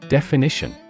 Definition